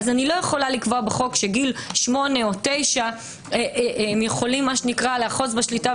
אני יכולה לקבוע בחוק שגיל שמונה או תשע הם יכולים לאחוז בשליטה,